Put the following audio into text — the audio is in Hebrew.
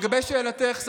ולגבי שאלתך,